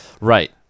Right